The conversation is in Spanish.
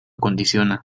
condiciona